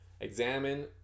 Examine